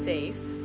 safe